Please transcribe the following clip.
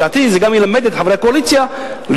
לדעתי זה גם ילמד את חברי הקואליציה להיות